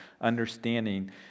understanding